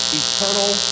eternal